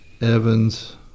Evans